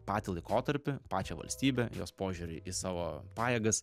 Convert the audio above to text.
patį laikotarpį pačią valstybę jos požiūrį į savo pajėgas